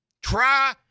Try